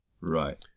Right